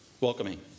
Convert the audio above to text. Welcoming